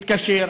התקשר,